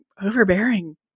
overbearing